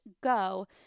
go